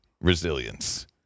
resilience